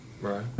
Right